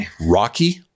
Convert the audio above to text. Rocky